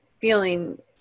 feeling